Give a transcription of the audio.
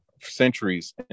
centuries